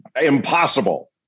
impossible